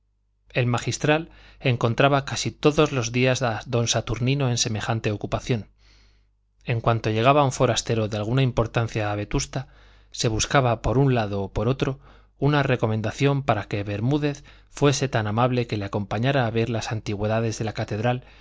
el magistral encontraba casi todos los días a don saturnino en semejante ocupación en cuanto llegaba un forastero de alguna importancia a vetusta se buscaba por un lado o por otro una recomendación para que bermúdez fuese tan amable que le acompañara a ver las antigüedades de la catedral